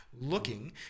looking